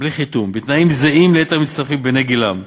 בלי חיתום, בתנאים זהים ליתר המצטרפים בני גילם.